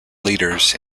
leaders